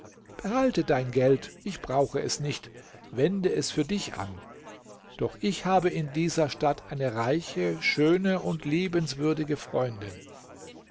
behalte dein geld ich brauche es nicht wende es für dich an doch ich habe in dieser stadt eine reiche schöne und liebenswürdige freundin